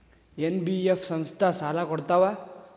NBF ಸಂಸ್ಥಾ ಸಾಲಾ ಕೊಡ್ತಾವಾ?